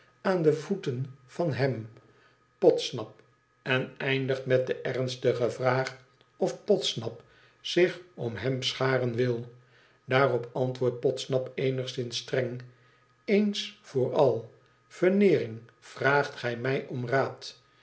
aan de voeten van hem podsnap en eindigt met de ernstige vraag of podsnap zich om hem scharen wil daarop antwoordt podsnap eenigszins streng i eens voor al veneering vraagt gij mij om raad